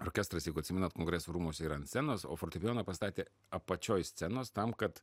orkestras jeigu atsimenat kongresų rūmus ir ant scenos o fortepijoną pastatė apačioj scenos tam kad